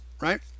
right